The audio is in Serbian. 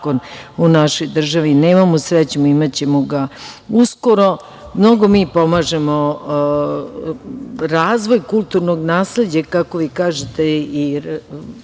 u našoj državi nemamo. Srećom, imaćemo ga uskoro. Mnogo mi pomažemo razvoj kulturnog nasleđa, kako vi kažete, i igranje